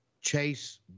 chase